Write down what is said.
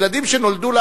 ילדים שנולדו,